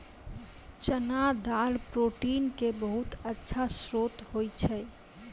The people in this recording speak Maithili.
चना दाल प्रोटीन के बहुत अच्छा श्रोत होय छै